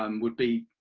um would be,